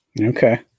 okay